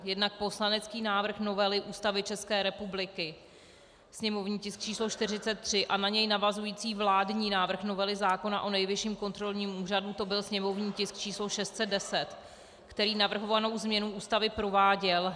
Jednak poslanecký návrh novely Ústavy ČR, sněmovní tisk číslo 43, a na něj navazující vládní návrh novely zákona o Nejvyšším kontrolním úřadu, to byl sněmovní tisk číslo 610, který navrhovanou změnu Ústavy prováděl.